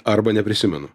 arba neprisimenu